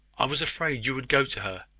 i was afraid you would go to her,